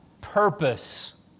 purpose